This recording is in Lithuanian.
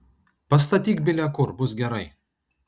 pastatyk bile kur bus gerai